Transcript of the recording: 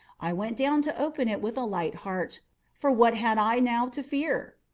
i went down to open it with a light heart for what had i now to fear?